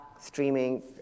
streaming